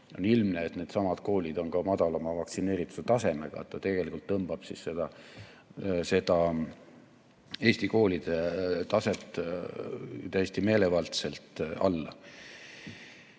on ilmne, et needsamad koolid on ka madalama vaktsineerituse tasemega. Ta tegelikult tõmbab Eesti koolide taset täiesti meelevaldselt alla. EKRE